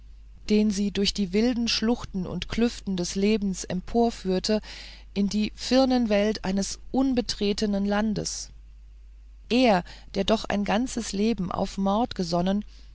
den sie durch die wilden schluchten und klüfte des lebens emporführte in die firnenwelt eines unbetretenen landes er der doch ein ganzes leben auf mord